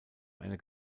eine